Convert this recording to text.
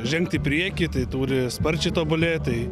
žengt į priekį tai turi sparčiai tobulėt tai